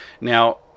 Now